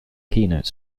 keynote